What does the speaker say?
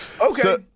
Okay